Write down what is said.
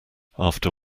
after